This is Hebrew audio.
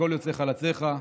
מכל יוצאי חלציך,